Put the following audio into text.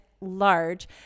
large